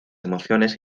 emociones